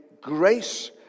grace